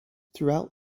throughout